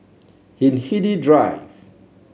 Hindhede Drive